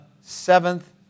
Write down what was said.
seventh